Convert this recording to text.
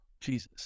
Jesus